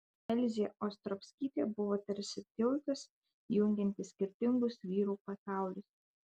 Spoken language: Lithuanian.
elzė ostrovskytė buvo tarsi tiltas jungiantis skirtingus vyrų pasaulius